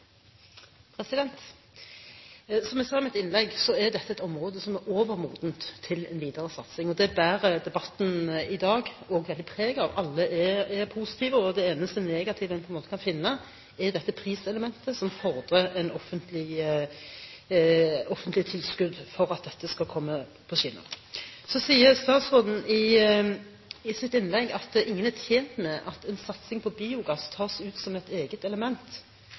Som jeg sa i mitt innlegg, er dette et område som er overmodent for en videre satsing, og det bærer debatten i dag også veldig preg av. Alle er positive. Det eneste negative en på en måte kan finne, er dette priselementet, som fordrer et offentlig tilskudd for at dette skal komme på skinner. Så sier statsråden i sitt innlegg at ingen er tjent med at en satsing på biogass tas ut som et eget element